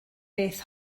beth